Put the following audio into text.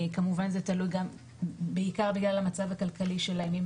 כמובן זה תלוי בעיקר בגלל המצב הכלכלי שלהם,